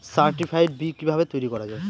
Certified বি কিভাবে তৈরি করা যায়?